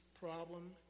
problem